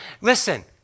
Listen